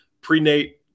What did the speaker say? pre-nate